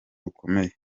bukomeye